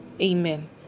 Amen